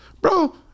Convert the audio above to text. Bro